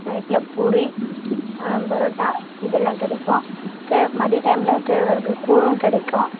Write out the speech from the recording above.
நைட்டில் பூரி பரோட்டா இதெல்லாம் கிடைக்கும் கேழ் மதிய டைம்மில் கேழ்வரகு கூழும் கிடைக்கும்